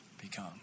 become